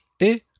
et